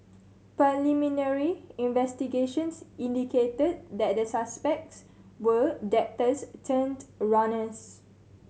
preliminary investigations indicated that the suspects were debtors turned runners